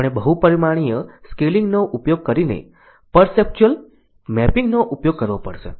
આપણે બહુપરીમાણીય સ્કેલિંગનો ઉપયોગ કરીને પરસેપ્ચ્યુઅલ મેપિંગનો ઉપયોગ કરવો પડશે